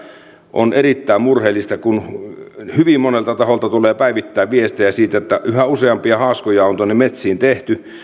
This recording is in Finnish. on erittäin murheellista hyvin monelta taholta tulee päivittäin viestejä siitä että yhä useampia haaskoja on tuonne metsiin tehty